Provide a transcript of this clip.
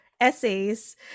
essays